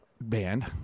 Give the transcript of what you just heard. band